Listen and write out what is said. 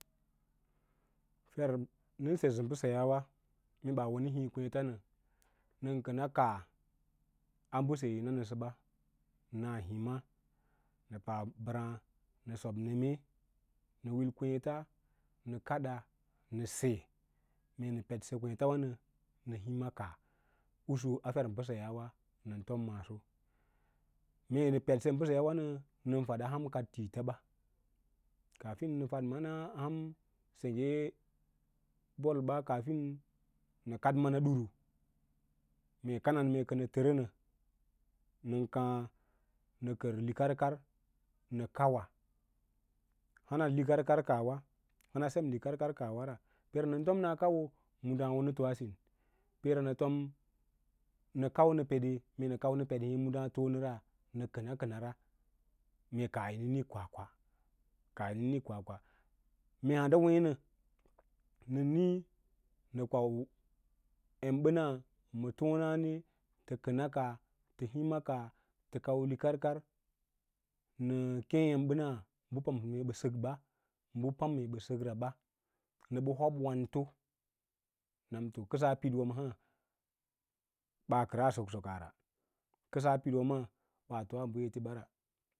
Fer nən sesə mbəseyaawa mee ɓas wo nə hiĩ kavěěta nə nən kəna kaah a mbəse yi nanəsə ba na hima nə pa mbərǎǎ nə sob neme nə wil kwěěta ʌə kada nəse, mee nə ped se kwěětawa nə nə hima kaali usu afer mbəseyaawa nən tom maaso mee nə ped se mbəseyaawa nə faɗas hanu kaɗ tiita ɓa kaafin nə faɗa mana aham sengge ɓolɓa kaafin wə kad mana ɗuru, mee kanan mee kənə tərə nə nən kaã nə, kər likarkar nə kauwa haman likarkar kaah wa hanan likakar kaahwa ra nən tom nɛa kauwo muɗaã wonə too sīn pee ra nəfom nə kau ʌə peɗe mee nəpeɗ n̂ê medaã foo nə ra nə kəna kənara mee kaah yi nə nīk kwakwa, kaah yinə nīk kwakwa mee hanɗa wěě nə, nən niĩ nə kwao emɓə bə pamsə me bə səkba ma pann ɓə səkra ɓa nə ɓə hob wanto nam to kəsaa piɗwa maa ɓaa kəraa soksokaa ra kəsaa pidwa maa ɓaa toa ɓa etela ra.